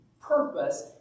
purpose